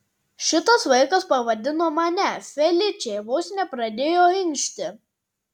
šitas vaikas pavadino mane feličė vos nepradėjo inkšti